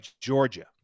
Georgia